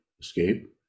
escape